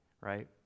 right